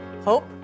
Hope